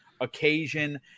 occasion